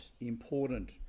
important